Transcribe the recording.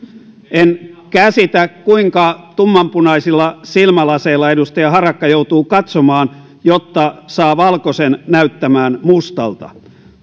en käsitä kuinka tummanpunaisilla silmälaseilla edustaja harakka joutuu katsomaan jotta saa valkoisen näyttämään mustalta